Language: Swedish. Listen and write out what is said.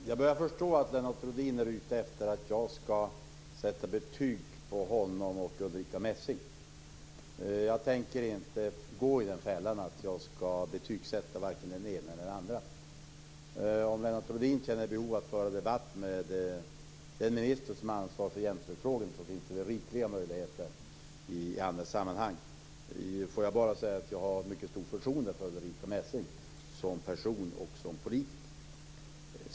Fru talman! Jag börjar förstå att Lennart Rohdin är ute efter att jag skall sätta betyg på honom och Ulrica Messing. Jag tänker inte gå i den fällan. Jag skall inte betygsätta vare sig den ena eller den andra. Om Lennart Rohdin känner behov av att föra debatt med den minister som har ansvar för jämställdhetsfrågor finns det rikliga möjligheter i andra sammanhang. Får jag bara säga att jag har mycket stort förtroende för Ulrica Messing som person och som politiker.